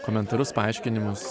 komentarus paaiškinimus